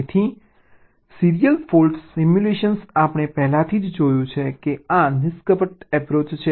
તેથી serial fault simulation આપણે પહેલાથી જ જોયું છે કે આ નિષ્કપટ એપ્રોચ છે